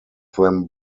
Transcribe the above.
them